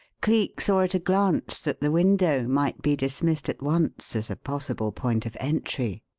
cleek saw at a glance that the window might be dismissed at once as a possible point of entry.